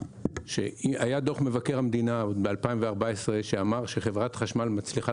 דוח מבקר המדינה מ-2014 אמר שחברת החשמל מצליחה